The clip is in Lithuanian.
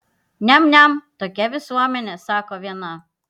niam niam tokia visuomenė sako viena